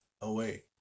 away